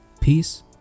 Peace